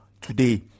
today